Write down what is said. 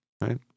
Right